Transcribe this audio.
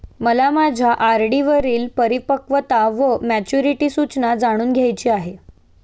मला माझ्या आर.डी वरील परिपक्वता वा मॅच्युरिटी सूचना जाणून घ्यायची आहे